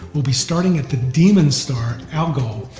we'll be starting at the demon star, algol,